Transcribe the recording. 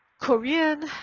Korean